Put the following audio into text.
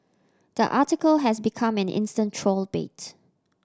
the article has become an instant troll bait